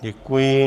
Děkuji.